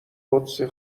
قدسی